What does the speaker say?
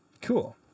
cool